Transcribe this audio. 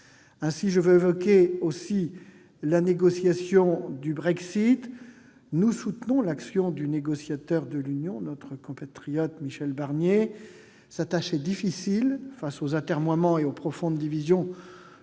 Enfin, je veux évoquer la négociation du Brexit. Nous soutenons l'action du négociateur de l'Union européenne, notre compatriote Michel Barnier. Sa tâche est difficile face aux atermoiements et aux profondes divisions que